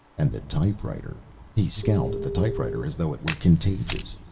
and the typewriter he scowled at the typewriter as though it were contagious.